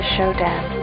Showdown